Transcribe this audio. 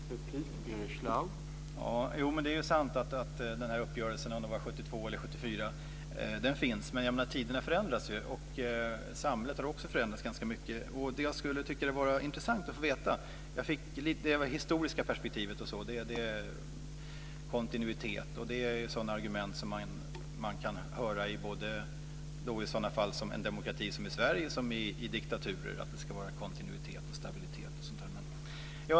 Herr talman! Det är sant att uppgörelsen finns, men tiderna förändras ju, och samhället har också förändrats ganska mycket. Jag fick lite av det historiska perspektivet, kontinuitet och sådana argument som man kan höra i både en demokrati som Sverige och en diktatur, det ska vara kontinuitet och stabilitet.